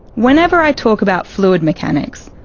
whenever i talk about fluid mechanics,